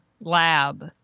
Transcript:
lab